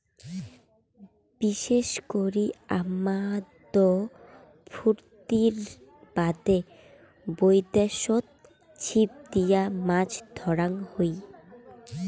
বিশেষ করি আমোদ ফুর্তির বাদে বৈদ্যাশত ছিপ দিয়া মাছ ধরাং হই